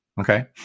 Okay